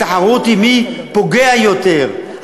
התחרות היא מי פוגע יותר,